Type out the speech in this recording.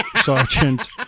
sergeant